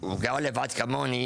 הוא גר לבד כמוני